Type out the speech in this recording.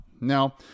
Now